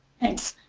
thanks.